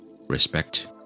respect